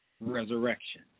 resurrection